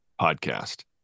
podcast